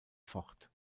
fort